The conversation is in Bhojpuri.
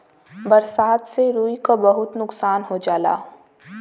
बरसात से रुई क बहुत नुकसान हो जाला